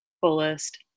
fullest